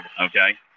Okay